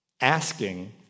Asking